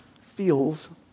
feels